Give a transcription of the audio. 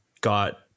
got